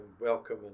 welcome